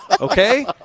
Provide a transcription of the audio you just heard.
Okay